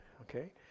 okay